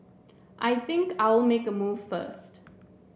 I think I'll make a move first